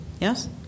Yes